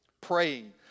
praying